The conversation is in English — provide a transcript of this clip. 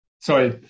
Sorry